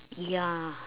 ya